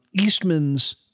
Eastman's